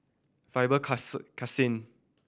Faber Crescent